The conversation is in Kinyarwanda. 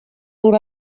ngo